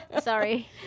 sorry